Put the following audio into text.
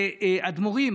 לאדמו"רים,